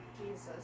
Jesus